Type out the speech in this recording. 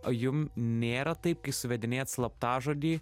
o jum nėra taip kai suvedinėjat slaptažodį